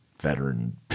veteran